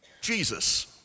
Jesus